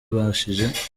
tubashije